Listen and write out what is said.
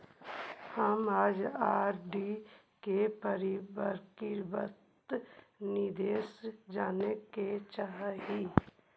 हम अपन आर.डी के परिपक्वता निर्देश जाने के चाह ही